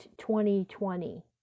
2020